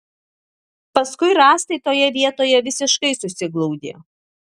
paskui rąstai toje vietoje visiškai susiglaudė